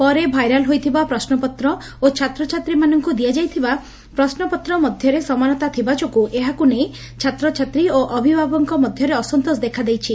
ପରେ ଭାଇରାଲ୍ ହୋଇଥିବା ପ୍ରଶ୍ରପତ୍ର ଓ ଛାତ୍ରଛାତ୍ରୀମାନଙ୍କୁ ଦିଆଯାଇଥିବା ପ୍ରଶ୍ୱପତ୍ର ମଧ୍ଘରେ ସମାନତା ଥିବା ଯୋଗୁଁ ଏହାକୁ ନେଇ ଛାତ୍ରଛାତ୍ରୀ ଓ ଅଭିଭାବକଙ୍କ ମଧ୍ଧରେ ଅସନ୍ତୋଷ ଦେଖାଦେଇଛି